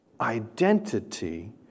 identity